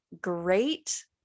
great